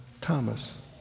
Thomas